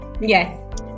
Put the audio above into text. Yes